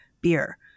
beer